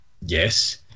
yes